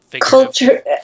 culture